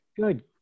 Good